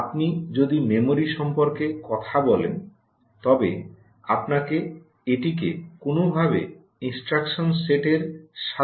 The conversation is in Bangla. আপনি যদি মেমরি সম্পর্কে কথা বলেন তবে আপনাকে এটিকে কোনওভাবে ইনস্ট্রাকশন সেট এর সাথে সম্পর্কিত করতে হবে